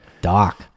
Doc